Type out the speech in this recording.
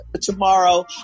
tomorrow